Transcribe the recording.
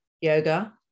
Yoga